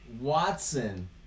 Watson